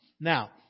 Now